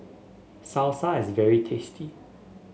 salsa is very tasty